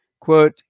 quote